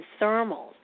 thermals